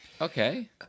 Okay